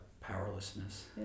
powerlessness